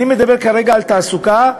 אני מדבר כרגע על תעסוקה,